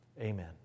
Amen